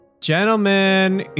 Gentlemen